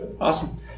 awesome